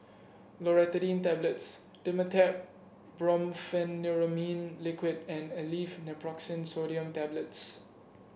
Loratadine Tablets Dimetapp Brompheniramine Liquid and Aleve Naproxen Sodium Tablets